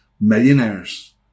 millionaires